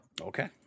okay